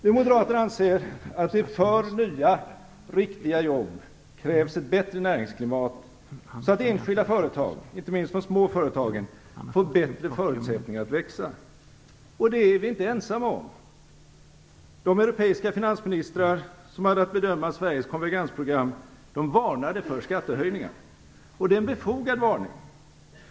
Vi moderater anser att det för nya, riktiga jobb krävs ett bättre näringsklimat, så att enskilda företag, inte minst de små företagen, får bättre förutsättningar att växa. Det är vi inte ensamma om. De europeiska finansministrar som hade att bedöma Sveriges konvergensprogram varnade för skattehöjningar. Det är en befogad varning.